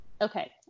Okay